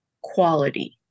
quality